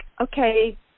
okay